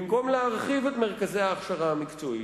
במקום להרחיב את מרכזי ההכשרה המקצועית,